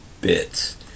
bits